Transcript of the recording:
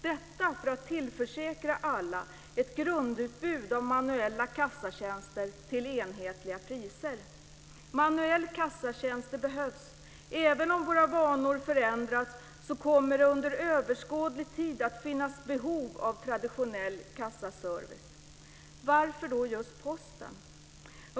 Detta för att tillförsäkra alla ett grundutbud av manuella kassatjänster till enhetliga priser. Manuella kassatjänster behövs. Även om våra vanor förändras kommer det under överskådlig tid att finnas behov av traditionell kassaservice. Varför då just Posten?